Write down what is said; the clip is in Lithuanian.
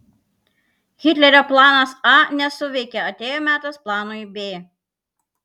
hitlerio planas a nesuveikė atėjo metas planui b